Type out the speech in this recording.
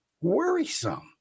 worrisome